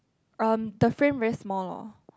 uh the frame very small